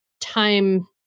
time